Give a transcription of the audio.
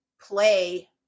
play